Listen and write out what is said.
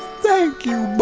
thank you, bug.